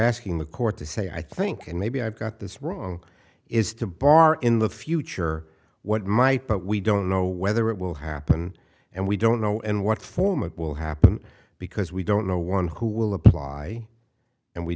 asking the court to say i think and maybe i've got this wrong is to bar in the future what might but we don't know whether it will happen and we don't know in what form it will happen because we don't know one who will apply and we